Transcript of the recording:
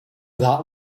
that